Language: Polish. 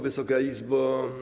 Wysoka Izbo!